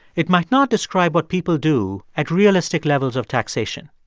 it might not describe what people do at realistic levels of taxation.